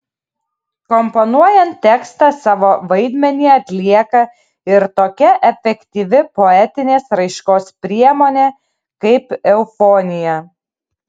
komponuojant tekstą savo vaidmenį atlieka ir tokia efektyvi poetinės raiškos priemonė kaip eufonija